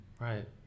Right